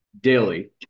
daily